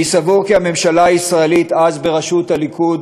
אני סבור כי הממשלה הישראלית אז, בראשות הליכוד,